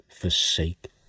forsake